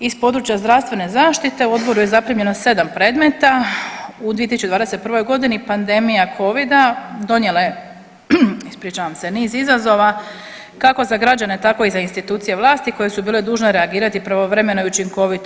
Iz područja zdravstvene zaštite u Odboru je zaprimljeno 7 predmeta u 2021. g., pandemija Covida donijela je, ispričavam se, niz izazova, kako za građane, tako i za institucije vlasti koje su bile dužne reagirati pravovremeno i učinkovito.